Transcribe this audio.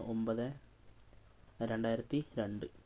ഒൻപത് രണ്ടായിരത്തി രണ്ട്